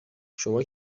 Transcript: شما